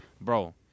Bro